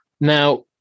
Now